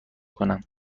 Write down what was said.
کنم